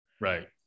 Right